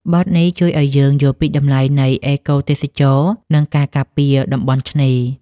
បទនេះជួយឱ្យយើងយល់ពីតម្លៃនៃអេកូទេសចរណ៍ និងការការពារតំបន់ឆ្នេរ។